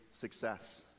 success